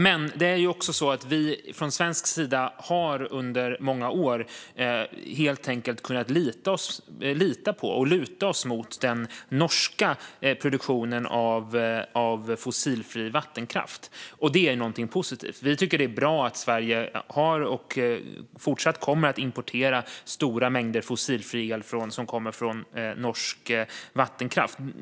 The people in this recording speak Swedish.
Men det är också så att vi från svensk sida under många år helt enkelt har kunnat lita på och luta oss mot den norska produktionen av fossilfri vattenkraft. Det är någonting positivt. Vi tycker att det är bra att Sverige fortsatt kommer att importera stora mängder fossilfri el som kommer från norsk vattenkraft.